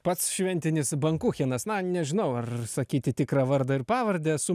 pats šventinis bankuchenas na nežinau ar sakyti tikrą vardą ir pavardę su